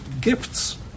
gifts